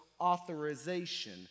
authorization